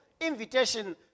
invitation